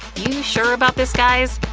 you sure about this, guys?